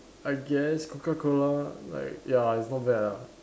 I guess coca cola like ya it's not bad lah